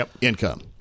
income